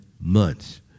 months